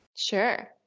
Sure